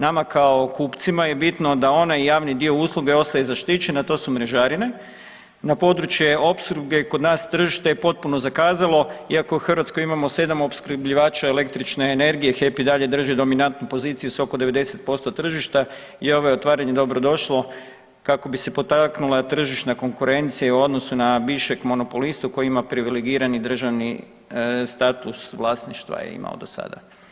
Nama kao kupcima je bitno da onaj javni dio usluge ostaje zaštićen, a to su mrežarine, na području opskrbe kod nas tržište je potpuno zakazalo, iako u Hrvatskoj imamo 7 opskrbljivača električne energije, HEP i dalje drži dominantnu poziciju s oko 90% tržišta i ovo je otvaranje dobrodošlo kako bi se potaknula tržišna konkurencija u odnosu na bivšeg monopolistu koji ima privilegirani državni status vlasništva, je imao do sada.